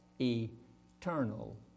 eternal